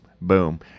Boom